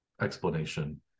explanation